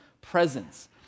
presence